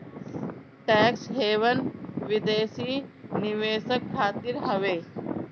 tax haven विदेशी निवेशक खातिर हवे